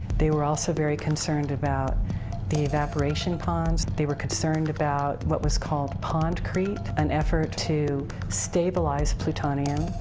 they were also very concerned about the evaporation ponds, they were concerned about what was called pondcrete, an effort to stabilize plutonium.